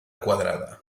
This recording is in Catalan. quadrada